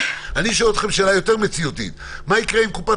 אני שואל אתכם שאלה יותר מציאותית: מה יקרה אם קופת